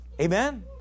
Amen